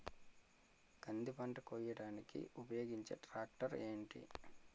కంది పంట కోయడానికి ఉపయోగించే ట్రాక్టర్ ఏంటి?